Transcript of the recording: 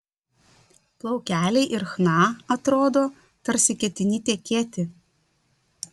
plaukeliai ir chna atrodo tarsi ketini tekėti